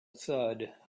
thud